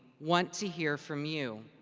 want to hear from you.